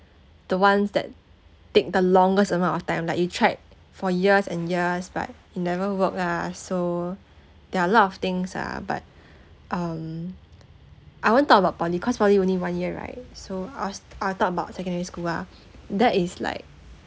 the ones that take the longest amount of time like you tried for years and years but it never work ah so there are a lot of things ah but um I won't talk about poly cause poly only one year right so I was I'll talk about secondary school ah that is like